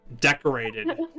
decorated